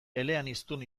eleaniztun